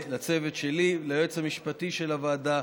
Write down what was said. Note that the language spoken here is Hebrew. לצוות שלי ולייעוץ המשפטי של הוועדה,